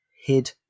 hid